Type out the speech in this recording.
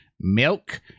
milk